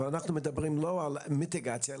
אבל אנחנו לא מדברים על מיטיגציה,